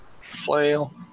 Flail